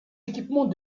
équipements